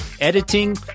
editing